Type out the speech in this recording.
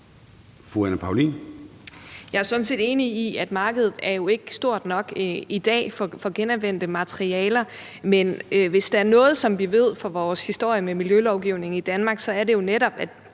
Jeg er sådan set enig i, at markedet for genanvendte materialer jo ikke er stort nok i dag. Men hvis der er noget, som vi ved fra vores historie med miljølovgivning i Danmark, så er det netop,